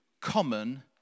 common